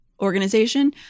Organization